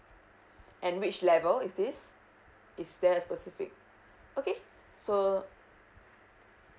and which level is this is there a specific okay so